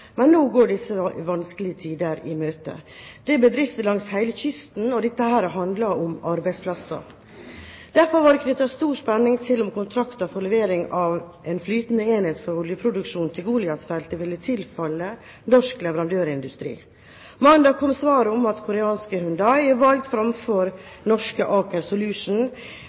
går disse vanskelige tider i møte. Det gjelder bedrifter langs hele kysten, og dette handler om arbeidsplasser. Derfor var det knyttet stor spenning til om kontrakten for levering av en flytende enhet for oljeproduksjon til Goliat-feltet ville tilfalle norsk leverandørindustri. Mandag kom svaret om at koreanske Hyundai er valgt framfor norske Aker